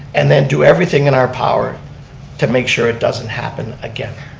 and then do everything in our power to make sure it doesn't happen again.